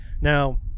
Now